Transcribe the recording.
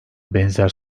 benzer